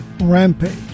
Rampage